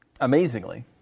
amazingly